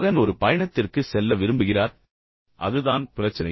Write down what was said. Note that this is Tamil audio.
மகன் ஒரு பயணத்திற்கு செல்ல விரும்புகிறார் அதுதான் பிரச்சனை